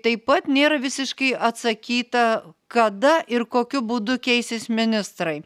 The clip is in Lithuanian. taip pat nėra visiškai atsakyta kada ir kokiu būdu keisis ministrai